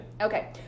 Okay